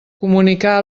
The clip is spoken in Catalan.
comunicar